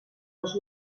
dos